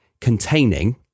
containing